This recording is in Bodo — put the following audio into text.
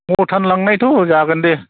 मथान लांनायथ' जागोन दे